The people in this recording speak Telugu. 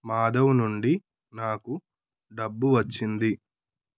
మాధవ్ నుండి నాకు డబ్బు వచ్చింది